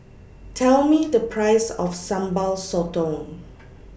Tell Me The Price of Sambal Sotong